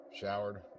showered